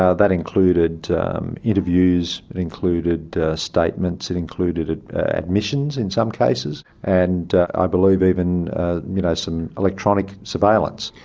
ah that included interviews, it included statements, it included admissions in some cases, and i believe even you know some electronic surveillance.